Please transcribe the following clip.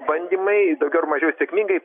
bandymai daugiau ar mažiau sėkmingai